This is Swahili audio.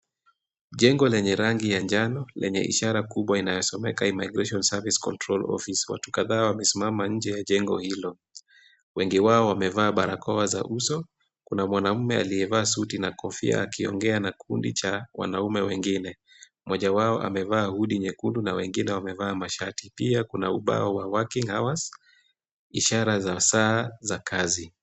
Jengo lenye rangi ya njano, yenye ishara kubwa inayosomeka Immigration Service Control Office . Watu kadhaa wamesimama nje ya jengo hilo. Wengi wao wamevaa barakoa za uso. Kuna mwanaume aliyevaa suti na kofia akiongea na kundi cha wanaume wengine. Mmoja wao amevaa hood nyekundu na wengine wamevaa mashati. Pia kunaubao wa working hours , ishara ya saa za kazi.